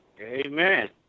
Amen